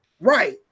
Right